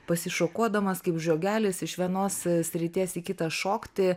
pasišokuodamas kaip žmogelis iš vienos srities į kitą šokti